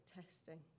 testing